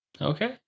Okay